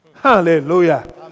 Hallelujah